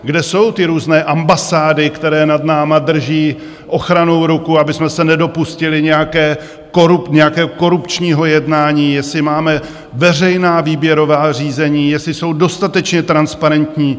Kde jsou ty různé ambasády, které nad námi drží ochrannou ruku, abychom se nedopustili nějakého korupčního jednání, jestli máme veřejná výběrová řízení, jestli jsou dostatečně transparentní?